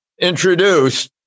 introduced